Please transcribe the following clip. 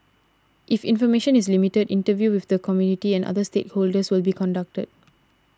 if information is limited interviews with the community and other stakeholders this will be conducted